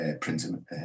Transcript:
printing